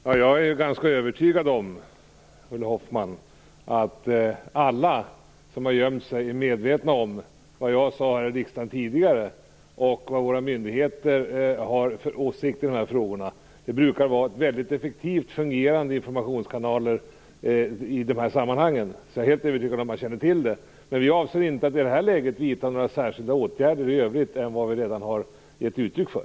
Herr talman! Jag är ganska övertygad om att alla som har gömt sig är medvetna om vad jag sade här i riksdagen tidigare och om vad våra myndigheter har för åsikt i dessa frågor, Ulla Hoffmann. Det brukar finnas väldigt effektivt fungerande informationskanaler i dessa sammanhang, så jag är helt övertygad om att man känner till det. Vi avser inte att i detta läge vidta några andra åtgärder än dem vi redan har givit uttryck för.